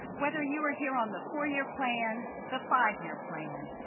whether you were here on the four-year plan, the five-year plan,